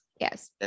yes